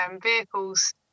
vehicles